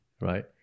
right